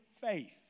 faith